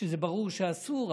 שזה ברור שאסור,